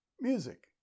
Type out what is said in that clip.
music